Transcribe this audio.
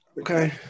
Okay